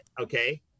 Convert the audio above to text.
Okay